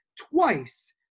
twice